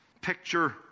picture